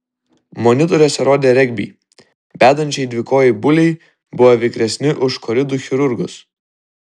monitoriuose rodė regbį bedančiai dvikojai buliai buvo vikresni už koridų chirurgus